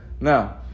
Now